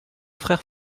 frères